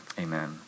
amen